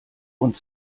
und